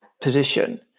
position